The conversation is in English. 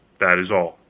that is all.